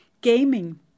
gaming